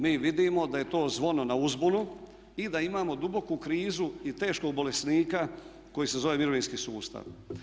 Mi vidimo da je to zvono na uzbunu i da imamo duboku krizu i teškog bolesnika koji se zove mirovinski sustav.